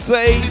say